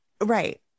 Right